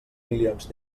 milions